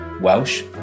welsh